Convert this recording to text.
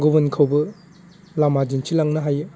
गुबुनखौबो लामा दिन्थिलांनो हायो